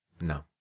No